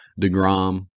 DeGrom